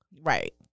Right